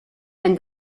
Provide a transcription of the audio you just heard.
and